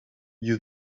you